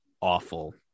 awful